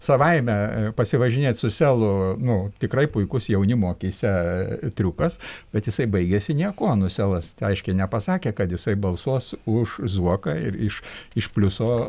savaime pasivažinėt su selu nu tikrai puikus jaunimo akyse triukas bet jisai baigėsi niekuo nu selas aiškiai nepasakė kad jisai balsuos už zuoką ir iš iš pliuso